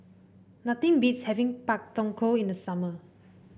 nothing beats having Pak Thong Ko in the summer